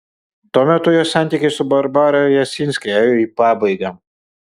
tuo metu jo santykiai su barbara jasinski ėjo į pabaigą